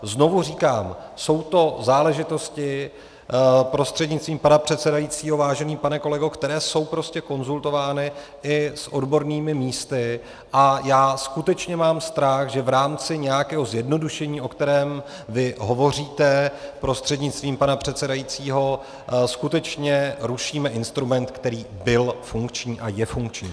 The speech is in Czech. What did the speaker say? Znovu říkám, jsou to záležitosti, prostřednictvím pana předsedajícího vážený pane kolego, které jsou prostě konzultovány i s odbornými místy, a skutečně mám strach, že v rámci nějakého zjednodušení, o kterém hovoříte, prostřednictvím pana předsedajícího, skutečně rušíme instrument, který byl funkční a je funkční.